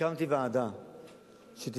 הקמתי ועדה שתבחן,